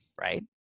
Right